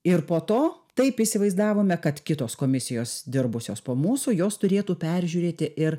ir po to taip įsivaizdavome kad kitos komisijos dirbusios po mūsų jos turėtų peržiūrėti ir